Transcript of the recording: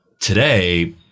Today